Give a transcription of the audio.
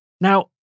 Now